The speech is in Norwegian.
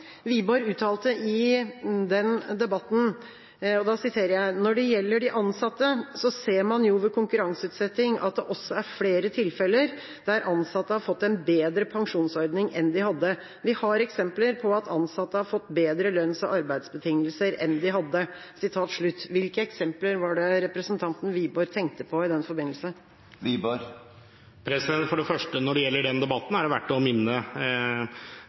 Wiborg uttalte i den debatten: «Når det gjelder de ansatte, så ser man jo ved konkurranseutsetting at det også er flere tilfeller der ansatte har fått en bedre pensjonsordning enn de hadde. Vi har eksempler på at ansatte har fått bedre lønns- og arbeidsbetingelser enn de hadde.» Hvilke eksempler var det representanten Wiborg tenkte på i den forbindelse? For det første: Når det gjelder den debatten, er det verdt å minne